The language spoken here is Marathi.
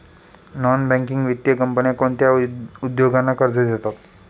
नॉन बँकिंग वित्तीय कंपन्या कोणत्या उद्योगांना कर्ज देतात?